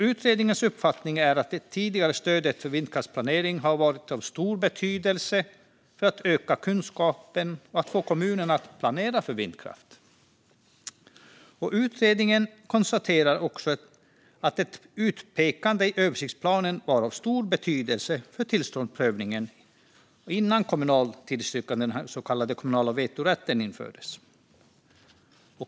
Utredningens uppfattning är att det tidigare stödet för vindkraftsplanering har varit av stor betydelse för att öka kunskapen och få kommunerna att planera för vindkraft. Utredningen konstaterar också att ett utpekande i översiktsplanen var av stor betydelse för tillståndsprövningen innan kommunal tillstyrkan, den så kallade kommunala vetorätten, infördes.